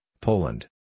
Poland